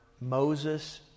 Moses